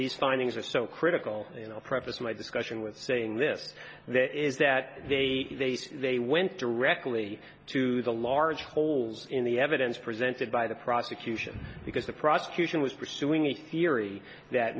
these findings are so critical you know preface my discussion with saying this is that they they went directly to the large holes in the evidence presented by the prosecution because the prosecution was pursuing a theory that